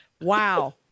wow